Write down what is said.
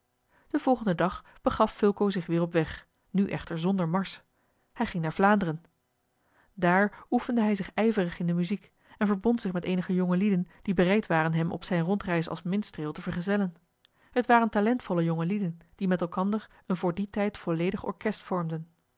den volgenden dag begaf fulco zich weer op weg nu echter zonder mars hij ging naar vlaanderen daar oefende hij zich ijverig in de muziek en verbond zich met eenige jongelieden die bereid waren hem op zijne rondreis als minstreel te vergezellen het waren talentvolle jongelieden die met elkander een voor dien tijd volledig orkest vormden